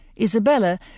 Isabella